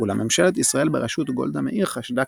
אולם ממשלת ישראל בראשות גולדה מאיר חשדה